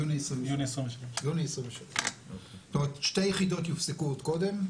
יוני 2023. שתי יחידות יופסקו עוד קודם,